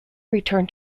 returned